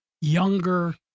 younger